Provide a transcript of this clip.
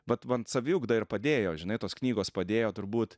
vat van saviugda ir padėjo žinai tos knygos padėjo turbūt